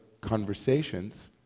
conversations